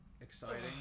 exciting